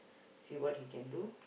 see what he can do